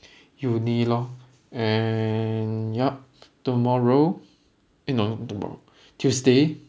uni lor and yup tomorrow eh no tomorrow tuesday